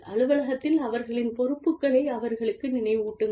அலுவலகத்தில் அவர்களின் பொறுப்புகளை அவர்களுக்கு நினைவூட்டுங்கள்